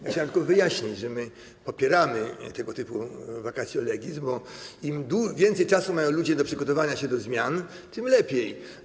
Ja chciałem tylko wyjaśnić, że my popieramy tego typu vacatio legis, bo im więcej czasu mają ludzie do przygotowania się do zmian, tym lepiej.